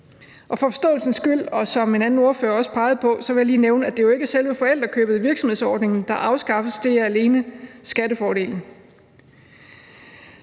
ordfører også pegede på, lige nævne, at det ikke er selve forældrekøbet i virksomhedsordningen, der afskaffes. Det er alene